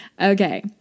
Okay